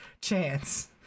chance